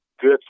good